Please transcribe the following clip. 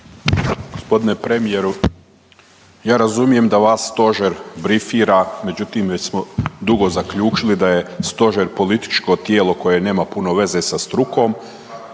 Gospodine premijeru, ja razumijem da vas stožer brifira, međutim već smo dugo zaključili da je stožer političko tijelo koje nema puno veze sa strukom,